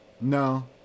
No